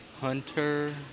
Hunter